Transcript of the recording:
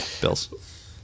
bills